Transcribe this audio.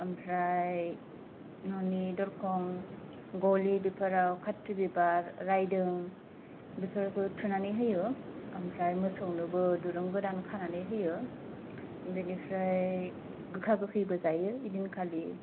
ओमफ्राय न'नि दरखं गलि बेफोराव खाथ्रि बिबार राइदों बेफोरखौ थुनानै होयो ओंफ्राय मोसौ नोबो दुरुं गोदान खानानै होयो बेनिफ्राइ गोखा गोखैबो जायो ओइदिनखालि